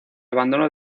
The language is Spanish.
abandono